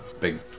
big